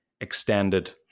extended